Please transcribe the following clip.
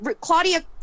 Claudia